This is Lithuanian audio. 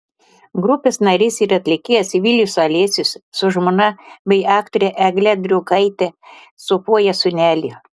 grupės narys ir atlikėjas vilius alesius su žmona bei aktore egle driukaite sūpuoja sūnelį